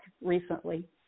recently